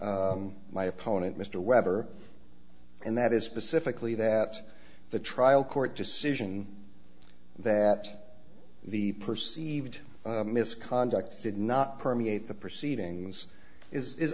my opponent mr weber and that is specifically that the trial court decision that the perceived misconduct did not permeate the proceedings is